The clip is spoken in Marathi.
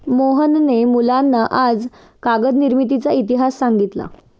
मोहनने मुलांना आज कागद निर्मितीचा इतिहास सांगितला